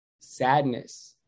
Sadness